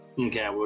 Okay